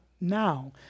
now